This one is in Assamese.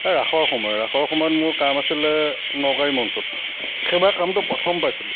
এই ৰাসৰ সময় ৰাসৰ সময়ত মোৰ কাম আছিলে নকাড়ী মঞ্চত সেইবাৰ কামটো প্ৰথম পাইছিলোঁ